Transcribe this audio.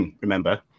remember